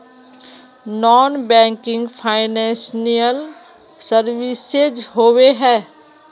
Non banking financial services होबे है?